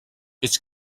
its